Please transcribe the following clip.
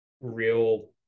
real